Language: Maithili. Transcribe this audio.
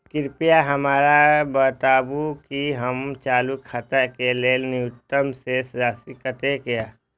कृपया हमरा बताबू कि हमर चालू खाता के लेल न्यूनतम शेष राशि कतेक या